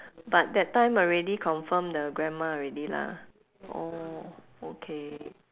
but that time already confirm the grandma already lah oh okay